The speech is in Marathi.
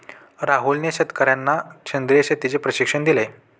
राहुलने शेतकर्यांना सेंद्रिय शेतीचे प्रशिक्षण दिले